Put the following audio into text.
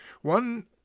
One